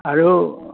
আৰু